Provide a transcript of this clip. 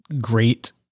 great